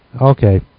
Okay